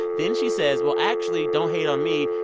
then she says well, actually, don't hate on me.